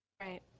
Right